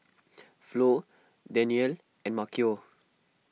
Flo Daniele and Maceo